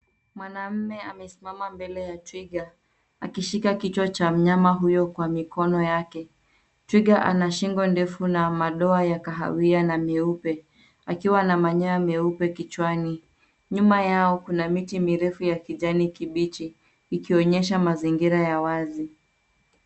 Mwamume amesimama mbele ya twiga akishika kichwa cha mnyama huyo kwa mikono yake. Twiga ana shingo ndefu na madoa ya kahawia na meupe akiwa na manyoya meupe kichwani. Nyuma yao kuna miti mirefu ya kijani kibichi ikionyesha mazingira ya wazi.